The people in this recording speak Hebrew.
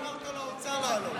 למה לא אמרת לאוצר לעלות?